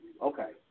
Okay